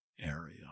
area